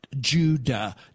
Judah